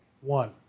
one